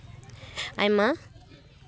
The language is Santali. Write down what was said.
ᱟᱭᱢᱟ